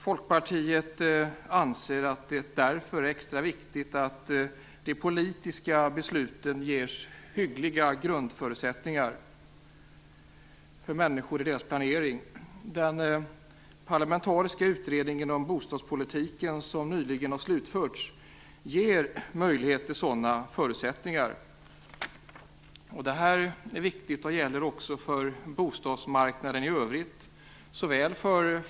Folkpartiet anser att det därför är extra viktigt att de politiska besluten ger hyggliga grundförutsättningar för människor i deras planering. Den parlamentariska utredningen om bostadspolitiken som nyligen har slutförts ger möjlighet till sådana förutsättningar. Detta är viktigt och gäller också för bostadsmarknaden i övrigt.